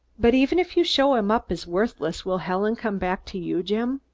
but even if you show him up as worthless, will helen come back to you, jim?